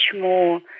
more